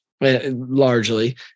largely